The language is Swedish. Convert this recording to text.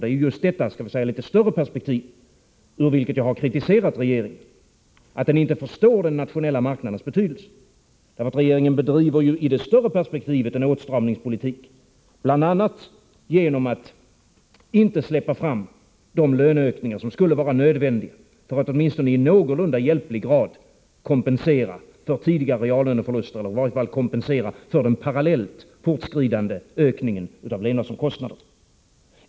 Det är just ur detta litet större perspektiv som jag har kritiserat regeringen, att regeringen inte förstår den nationella marknadens betydelse. Regeringen bedriver ju i det större perspektivet en åtstramningspolitik, bl.a. genom att inte släppa fram de löneökningar som skulle vara nödvändiga för att åtminstone i någorlunda hjälplig grad kompensera för tidigare reallöneförluster eller i varje fall kompensera för den parallellt fortskridande ökningen av levnadsomkostnaderna.